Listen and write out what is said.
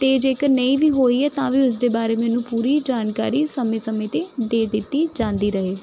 ਅਤੇ ਜੇਕਰ ਨਹੀਂ ਵੀ ਹੋਈ ਹੈ ਤਾਂ ਵੀ ਉਸ ਦੇ ਬਾਰੇ ਮੈਨੂੰ ਪੂਰੀ ਜਾਣਕਾਰੀ ਸਮੇਂ ਸਮੇਂ 'ਤੇ ਦੇ ਦਿੱਤੀ ਜਾਂਦੀ ਰਹੇ